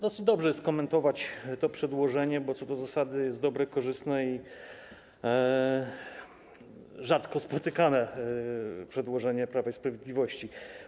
Dobrze jest komentować to przedłożenie, bo co do zasady jest dobre, korzystne i rzadko spotykane przedłożenie Prawa i Sprawiedliwości.